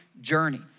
journey